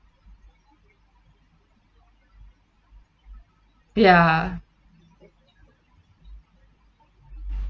ya